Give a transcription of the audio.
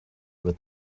with